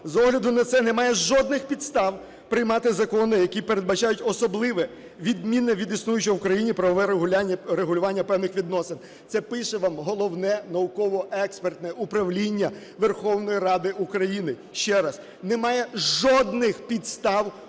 З огляду на це немає жодних підстав приймати закони, які передбачають особливе, відмінне від існуючого в Україні, правове регулювання певних відносин. Це пише вам Головне науково-експертне управління Верховної Ради України. Ще раз, немає жодних підстав